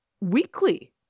weekly